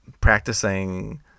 practicing